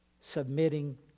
submitting